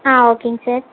ஆ ஓகேங்க சார்